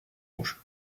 rouges